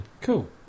Cool